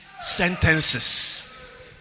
sentences